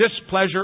displeasure